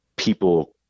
people